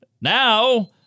now